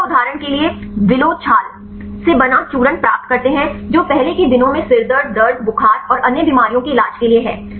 तो वे उदाहरण के लिए विलो छाल से बना चूर्ण प्राप्त करते हैं जो पहले के दिनों में सिरदर्द दर्द बुखार और अन्य बीमारियों के इलाज के लिए है